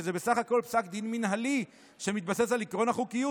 שזה בסך הכול פסק דין מינהלי שמתבסס על עקרון החוקיות,